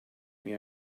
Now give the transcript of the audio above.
may